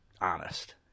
honest